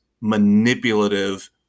manipulative